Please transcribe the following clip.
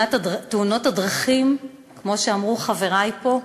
תאונות הדרכים, כמו שאמרו חברי פה,